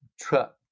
trapped